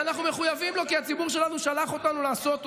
ואנחנו מחויבים לו כי הציבור שלנו שלח אותנו לעשות אותו.